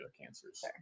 cancers